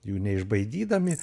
jų neišbaidydami